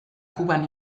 kuban